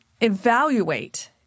evaluate